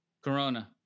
Corona